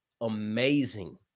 amazing